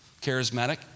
charismatic